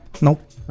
Nope